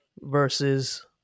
Versus